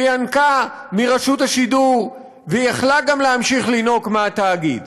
שינקה מרשות השידור והיא יכלה גם להמשיך לינוק מהתאגיד.